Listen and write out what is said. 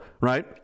right